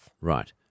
Right